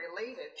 related